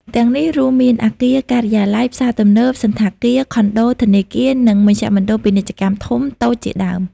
ទាំងនេះរួមមាន អគារការិយាល័យ ផ្សារទំនើប សណ្ឋាគារ ខុនដូ ធនាគារ និងមជ្ឈមណ្ឌលពាណិជ្ជកម្មធំ តូចជាដើម។